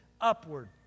Upward